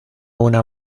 una